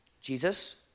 Jesus